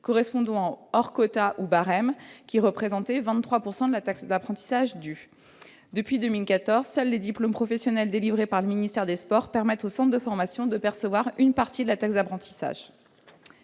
correspondant au hors-quota, ou barème. Le montant considéré représentait 23 % de la taxe d'apprentissage due. Depuis 2014, seuls les diplômes professionnels délivrés par le ministère des sports permettent aux centres de formation de percevoir une partie de la taxe d'apprentissage.